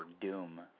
Doom